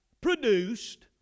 produced